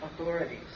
authorities